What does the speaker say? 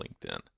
LinkedIn